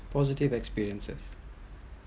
positive experiences